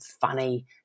funny